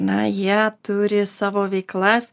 na jie turi savo veiklas